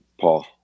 Paul